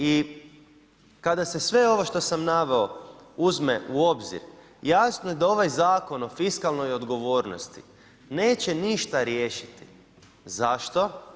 I kada se sve ovo što sam naveo uzme u obzir, jasno je da ovaj zakon o fiskalnoj odgovornosti neće ništa riješiti, zašto?